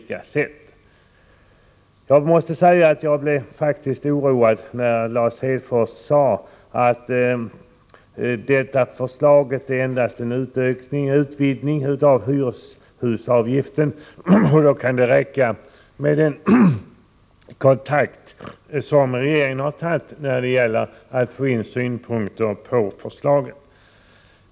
Jag måste faktiskt säga att jag blev oroad när Lars Hedfors sade att detta förslag endast är en utökning och en utvidgning av hyreshusavgiften och att det därför kan räcka med den kontakt som regeringen har tagit när det gäller att få in synpunkter på förslaget.